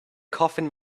coffin